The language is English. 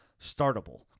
startable